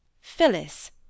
Phyllis